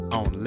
on